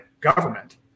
government